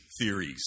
theories